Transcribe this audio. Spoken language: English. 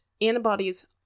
antibodies